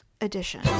edition